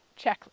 checklist